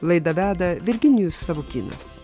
laidą veda virginijus savukynas